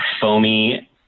foamy